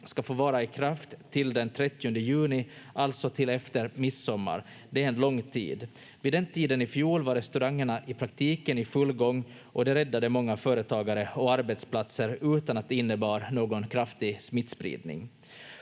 ska få vara i kraft till den 30 juni, alltså till efter midsommar. Det är en lång tid. Vid den tiden i fjol var restaurangerna i praktiken i full gång och det räddade många företagare och arbetsplatser utan att det innebar någon kraftig smittspridning.